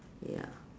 ya